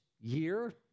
year